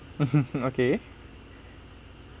okay